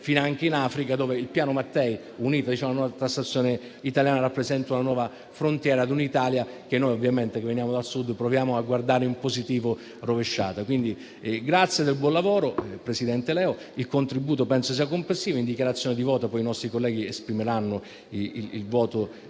finanche in Africa, dove il piano Mattei, unito alla nuova tassazione italiana, rappresenta la nuova frontiera di un'Italia, che noi che veniamo dal Sud proviamo a guardare in positivo, rovesciata. Quindi, grazie del buon lavoro, vice ministro Leo. Il contributo penso sia positivo e in dichiarazione di voto i colleghi esprimeranno il voto